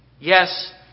Yes